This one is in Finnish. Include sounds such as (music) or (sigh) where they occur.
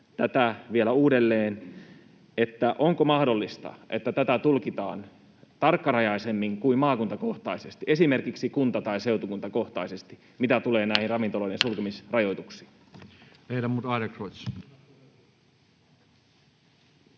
tätä vielä uudelleen: onko mahdollista, että tätä tulkitaan tarkkarajaisemmin kuin maakuntakohtaisesti, esimerkiksi kunta- tai seutukuntakohtaisesti, mitä tulee näihin (noise) ravintoloiden sulkemisrajoituksiin?